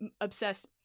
obsessed